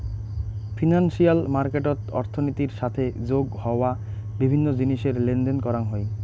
financial মার্কেটত অর্থনীতির সাথে যোগ হওয়া বিভিন্ন জিনিসের লেনদেন করাং হই